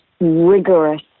rigorous